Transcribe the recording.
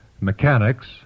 Mechanics